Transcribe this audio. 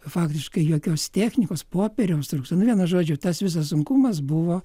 faktiškai jokios technikos popieriaus trūksta vienu žodžiu tas visas sunkumas buvo